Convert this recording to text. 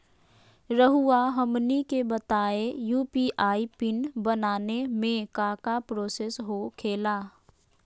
रहुआ हमनी के बताएं यू.पी.आई पिन बनाने में काका प्रोसेस हो खेला?